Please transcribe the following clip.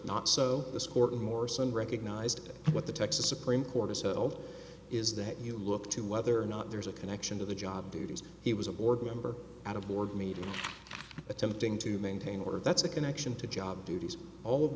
not so this court and morrison recognized what the texas supreme court is so old is that you look to whether or not there's a connection to the job duties he was a board member at a board meeting attempting to maintain order that's a connection to job duties all of